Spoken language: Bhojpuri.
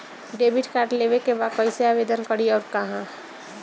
डेबिट कार्ड लेवे के बा कइसे आवेदन करी अउर कहाँ?